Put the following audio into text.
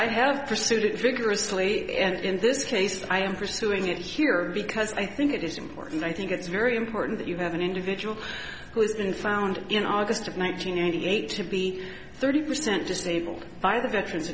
i have pursued it vigorously and in this case i am pursuing it here because i think it is important i think it's very important that you have an individual who's been found in august of one thousand nine hundred eighty to be thirty percent disabled by the veterans